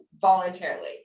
voluntarily